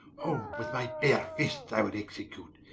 whom with my bare fists i would execute,